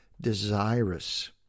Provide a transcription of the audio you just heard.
desirous